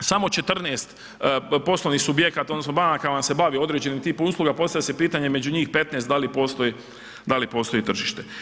samo 14 poslovnih subjekata odnosno banaka vam se bavi određenim tipom usluga, postavlja se pitanje među njih 15 da li postoji tržište.